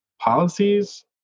policies